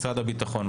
משרד הביטחון,